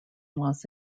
los